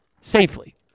safely